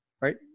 right